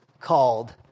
called